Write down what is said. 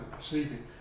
sleeping